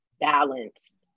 balanced